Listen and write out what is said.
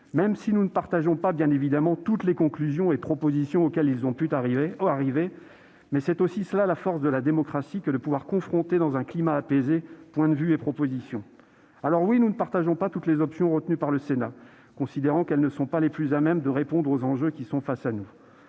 même si nous ne partageons pas toutes leurs conclusions et propositions. Mais c'est aussi la force de la démocratie que de pouvoir confronter, dans un climat apaisé, points de vue et propositions. Oui, nous ne partageons pas toutes les options retenues par le Sénat, considérant qu'elles ne sont pas les plus à même de répondre aux enjeux qui sont face à nous.